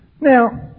Now